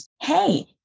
hey